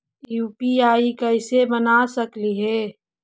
UPI कैसे बना सकली हे?